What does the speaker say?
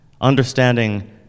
understanding